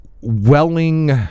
welling